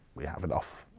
we have enough,